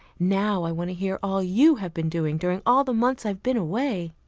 now i want to hear all you have been doing during all the months i've been away.